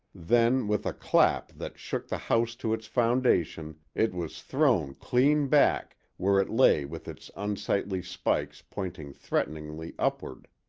then, with a clap that shook the house to its foundation, it was thrown clean back, where it lay with its unsightly spikes pointing threateningly upward.